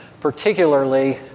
particularly